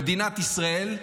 במדינת ישראל,